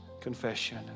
confession